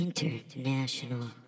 International